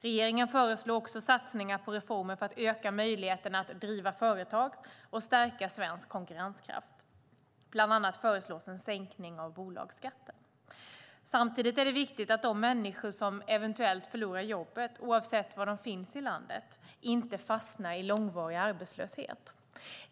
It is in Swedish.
Regeringen föreslår också satsningar på reformer för att öka möjligheterna att driva företag och stärka svensk konkurrenskraft, bland annat föreslås en sänkning av bolagsskatten. Samtidigt är det viktigt att de människor som eventuellt förlorar jobbet, oavsett var de finns i landet, inte fastnar i långvarig arbetslöshet.